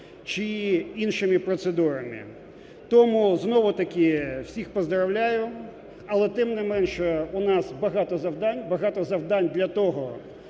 чи іншими процедурами. Тому знову-таки всіх поздоровляю, але, тим не менше, у нас багато завдань, багато